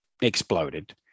exploded